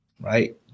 right